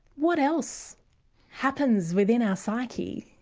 what else happens within our psyche,